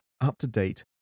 up-to-date